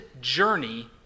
journey